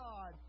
God